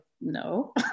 No